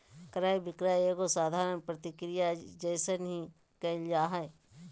क्रय विक्रय एगो साधारण प्रक्रिया जइसन ही क़इल जा हइ